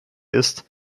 ist